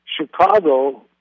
Chicago